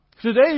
Today